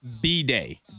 B-Day